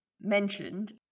mentioned